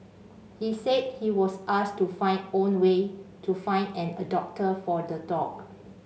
he said he was asked to find own way to find an adopter for the dog